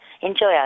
enjoy